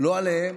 לא עליהם,